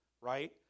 right